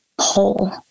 whole